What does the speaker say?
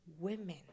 women